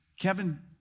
Kevin